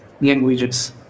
languages